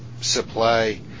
supply